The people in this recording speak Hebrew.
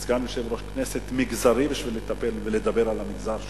סגן יושב-ראש כנסת מגזרי בשביל לדבר על המגזר שלי,